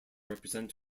represent